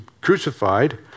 crucified